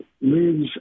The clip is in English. lives